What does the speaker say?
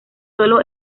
sólo